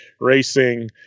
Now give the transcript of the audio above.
racing